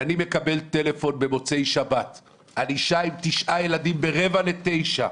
אם אני מקבל טלפון במוצאי שבת על אישה עם תשעה ילדים ברבע לתשע,